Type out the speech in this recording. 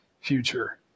future